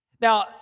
Now